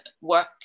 work